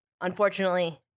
Unfortunately